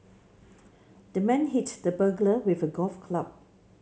the man hit the burglar with a golf club